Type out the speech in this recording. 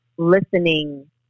Listening